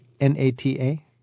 N-A-T-A